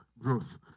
growth